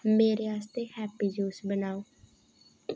मेरे आस्तै happy juice बनाओ